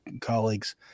colleagues